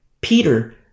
Peter